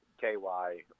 K-Y